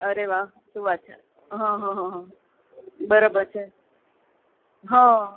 અરે વાહ શું વાત છે હં હં હં બરોબર છે હં